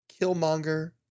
Killmonger